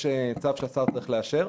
יש צו שהשר צריך לאשר,